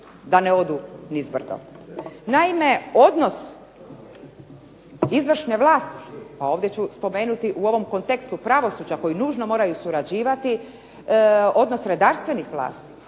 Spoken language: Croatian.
da ne odu nizbrdo. Naime, odnos izvršne vlasti, a ovdje ću spomenuti u ovom kontekstu pravosuđa koji nužno moraju surađivati odnos redarstvenih vlasti.